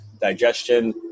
digestion